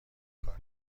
کار